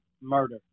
murder